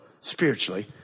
spiritually